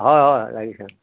হয় হয় লাগিছে